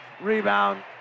Rebound